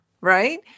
right